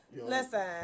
Listen